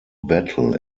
battle